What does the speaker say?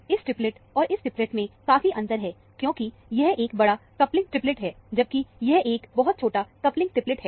इस ट्रिपलेट और इस ट्रिपलेट में काफी अंतर है क्योंकि यह एक बड़ा कपलिंग ट्रिपलेट है जबकि यह एक बहुत छोटा कपलिंग ट्रिपलेट है